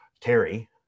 Terry